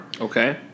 Okay